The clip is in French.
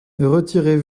retirez